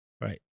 right